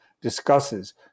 discusses